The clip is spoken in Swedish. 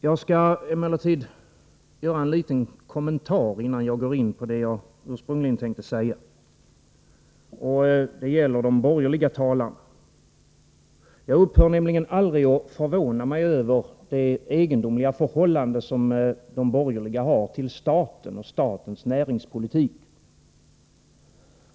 Jag skall emellertid göra en liten kommentar innan jag går in på det jag ursprungligen tänkte säga. Det gäller de borgerliga talarna. Jag upphör nämligen aldrig att förvåna mig över det egendomliga förhållande som de borgerliga har till staten och statens näringspolitik.